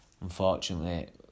unfortunately